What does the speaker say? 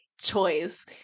choice